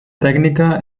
tècnica